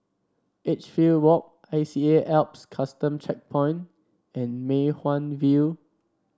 Edgefield Walk I C A Alps Custom Checkpoint and Mei Hwan View